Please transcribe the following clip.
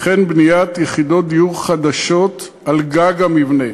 וכן בניית יחידות דיור חדשות על גג המבנה.